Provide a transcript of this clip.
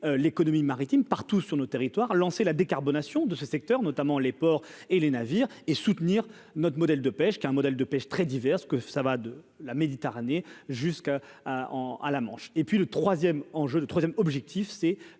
l'économie maritime partout sur nos territoires lancé la décarbonation de ce secteur, notamment les ports et les navires et soutenir notre modèle de pêche qu'un modèle de pêche très diverses, que ça va de la Méditerranée jusqu'à en à la manche et puis le 3ème enjeu de 3ème objectif c'est